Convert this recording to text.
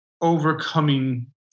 overcoming